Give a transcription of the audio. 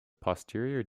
posterior